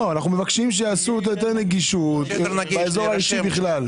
אנחנו מבקשים שיעשו יותר נגישות באזור האישי בכלל.